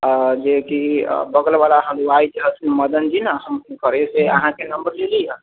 आ जे कि बगल बला हलवाइ जे रहथिन मदनजी ने हम हुनकरे से अहाँकेँ नम्बर लेली हँ